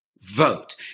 vote